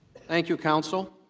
thank you counsel